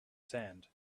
sand